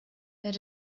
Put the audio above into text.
their